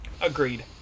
Agreed